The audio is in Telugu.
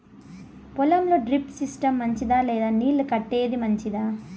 పొలం లో డ్రిప్ సిస్టం మంచిదా లేదా నీళ్లు కట్టేది మంచిదా?